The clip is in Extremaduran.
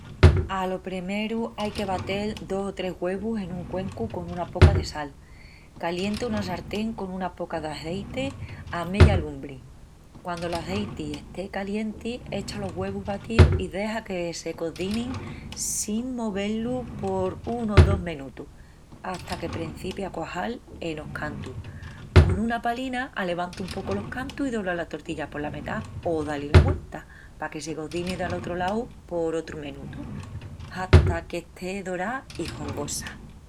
Alo primeru ai que batel dos o tres güevus en un cuencu con una poca de sal. Calienta una sartén con una poca d'azeiti a meya lumbri. Quandu l'azeiti esté calienti, echa los güevus batíus i dexa que se cozinin sin mové-lus por 1-2 menutus, hata que prencipi a cuajal enos cantus. Con una palina, alevanta un pocu los cantus i dobla la tortilla pola metá o da-li la vuelta paque se cozini del otru lau por otru menutu, hata que esté dorá i hongosa.